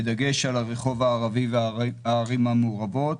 בדגש על הרחוב הערבי והערים המעורבות,